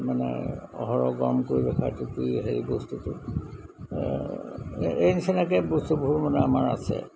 মানে অহৰহ গৰম কৰি ৰখাটো কি হেৰি বস্তুটো এই নিচিনাকৈ বস্তুবোৰ মানে আমাৰ আছে